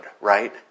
right